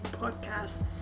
podcast